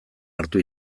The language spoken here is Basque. hartu